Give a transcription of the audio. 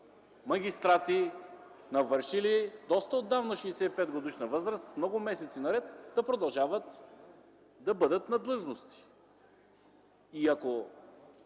магистрати, навършили доста отдавна 65-годишна възраст, много месеци наред продължават да бъдат на длъжности. И ако